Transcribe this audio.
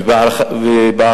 ולאחר שהוא נשפט והועמד למשפט,